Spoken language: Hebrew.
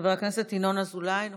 חבר הכנסת ינון אזולאי נוכח?